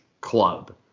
club